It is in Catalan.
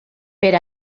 per